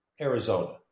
Arizona